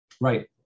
Right